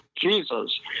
Jesus